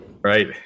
Right